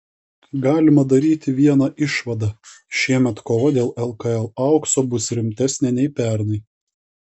galima daryti vieną išvadą šiemet kova dėl lkl aukso bus rimtesnė nei pernai